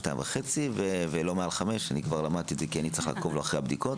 2.5 ולא מעל 5. כבר למדתי את זה כי אני צריך לעקוב אחר הבדיקות.